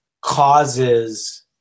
causes